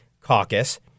caucus